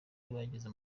y’abagize